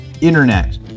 internet